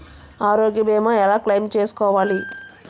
ఆరోగ్య భీమా ఎలా క్లైమ్ చేసుకోవాలి?